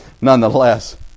nonetheless